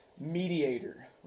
mediator